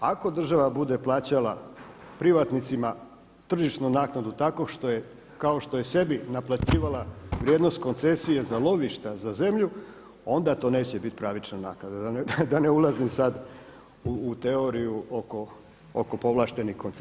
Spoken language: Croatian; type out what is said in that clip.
Ako država bude plaćala privatnicima tržišnu naknadu tako kao što je sebi naplaćivala vrijednost koncesije za lovišta za zemlju, onda to neće biti pravična naknada da ne ulazim sad u teoriju oko povlaštenih koncesija.